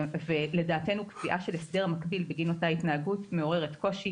לדעתנו קביעה של הסדר מקביל בגין אותה התנהגות מעוררת קושי.